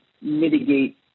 mitigate